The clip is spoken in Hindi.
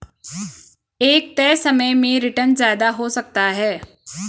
एक तय समय में रीटर्न ज्यादा हो सकता है